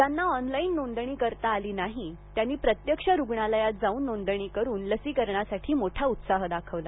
ज्यांना ऑनलाईन नोंदणी करता आली नाही त्यांनी प्रत्यक्ष रुग्णालयात जावून नोंदणी करून लसीकरणासाठी मोठा उत्साह दाखवला